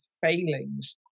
failings